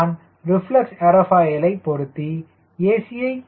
நான் ரிஃப்ளெக்ஸ் ஏர்ஃபாயிலை பொருத்தி a